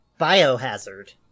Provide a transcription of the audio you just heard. Biohazard